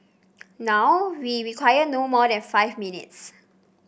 now we require no more than five minutes